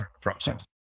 process